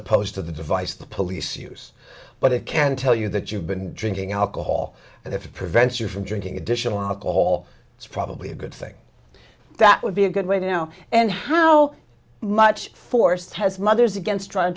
opposed to the device the police use but it can tell you that you've been drinking alcohol and if it prevents you from drinking additional all it's probably a good thing that would be a good way to know and how much force has mothers against